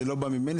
זה לא בא ממני,